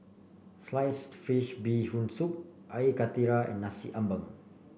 Sliced Fish Bee Hoon Soup Air Karthira and Nasi Ambeng